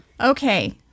Okay